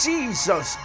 Jesus